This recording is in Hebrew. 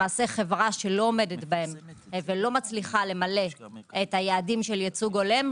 למעשה חברה שלא עומדת בהם ולא מצליחה למלא את היעדים של ייצוג הולם,